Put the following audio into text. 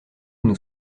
nous